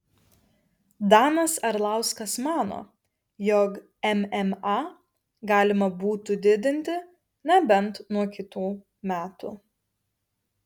danas arlauskas mano jog mma galima būtų didinti nebent nuo kitų metų